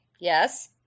yes